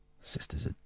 Sister's